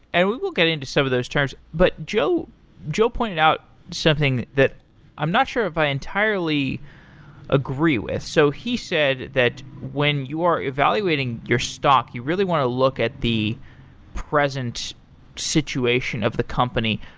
and we will get into some of those terms. but joe joe pointed out something that i'm not sure if i entirely agree with. so he he said that when you are evaluating your stock, you really want to look at the present situation of the company.